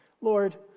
Lord